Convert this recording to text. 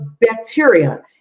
bacteria